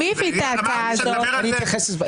אני אתייחס לזה.